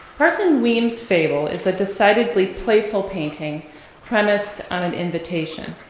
parson weems' fable is a decidedly playful painting premised on and invitation.